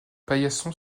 paillasson